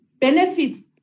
benefits